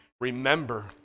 remember